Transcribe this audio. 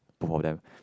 both of them